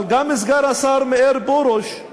אבל גם סגן השר מאיר פרוש הוא